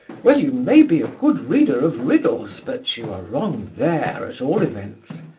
well, you may be a good reader of riddles but you are wrong there, at all events.